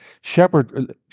Shepherd